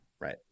right